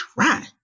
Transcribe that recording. try